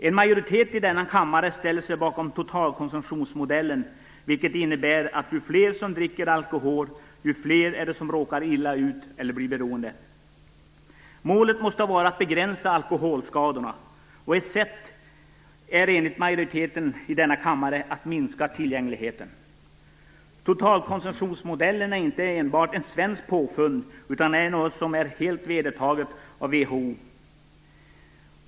En majoritet i denna kammare ställer sig bakom totalkonsumtionsmodellen, vilken innebär att ju fler som dricker alkohol desto fler är det som råkar illa ut eller blir beroende. Målet måste vara att begränsa alkoholskadorna. Ett sätt är enligt majoriteten i kammaren att minska tillgängligheten. Totalkonsumtionsmodellen är inte enbart ett svenskt påfund utan är helt vedertagen av WHO.